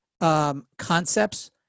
concepts